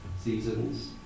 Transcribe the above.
seasons